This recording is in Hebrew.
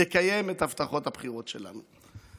לקיים את הבטחות הבחירות שלנו.